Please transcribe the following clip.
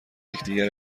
یکدیگر